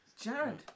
Jared